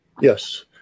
Yes